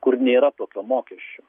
kur nėra tokio mokesčio